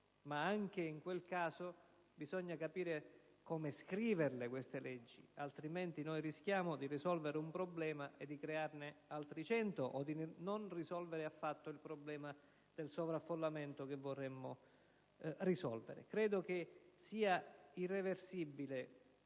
ma anche in quel caso bisogna capire come scrivere le norme, altrimenti si rischia di risolvere un problema e di crearne altri cento o di non risolvere affatto il problema del sovraffollamento. Credo sia irrinunciabile